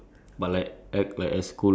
ya be it like